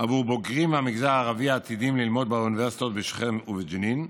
עבור בוגרים במגזר הערבי העתידים ללמוד באוניברסיטאות בשכם ובג'נין.